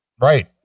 Right